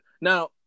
Now